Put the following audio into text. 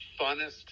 funnest